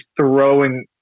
throwing